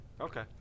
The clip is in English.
Okay